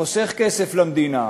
חוסך כסף למדינה.